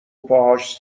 پاهاش